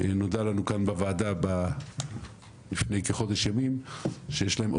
נודע לנו כאן בוועדה לפני כחודש ימים שיש להם עוד